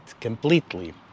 completely